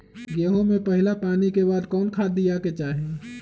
गेंहू में पहिला पानी के बाद कौन खाद दिया के चाही?